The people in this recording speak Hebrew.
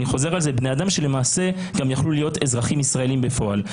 אלה בני אדם שלמעשה גם יכלו להיות אזרחים ישראלים בפועל.